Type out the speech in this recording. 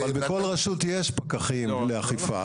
אבל לכל רשות יש פקחים לאכיפה,